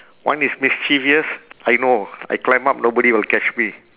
one is mischievous I know I climb up nobody will catch me